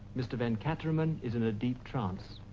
mr. venkataraman is in a deep trance.